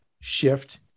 shift